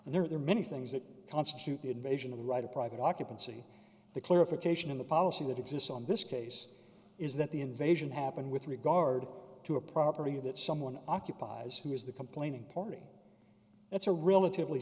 and there are many things that constitute the invasion of the right of private occupancy the clarification in the policy that exists on this case is that the invasion happened with regard to a property that someone occupies who is the complaining party it's a relatively